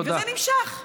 וזה נמשך.